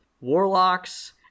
warlocks